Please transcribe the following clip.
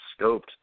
scoped